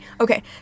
okay